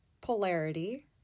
polarity